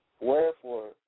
Wherefore